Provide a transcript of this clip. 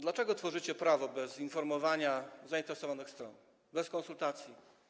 Dlaczego tworzycie prawo bez informowania zainteresowanych stron, bez konsultacji?